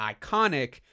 iconic